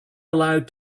allowed